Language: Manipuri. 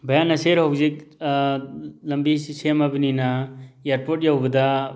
ꯚꯌꯥ ꯅꯁꯤꯔ ꯁꯤ ꯂꯝꯕꯤꯁꯤ ꯁꯦꯝꯃꯕꯅꯤꯅ ꯏꯌꯥꯔꯄꯣꯔꯠ ꯌꯧꯕꯗ